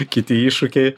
kiti iššūkiai